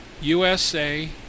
USA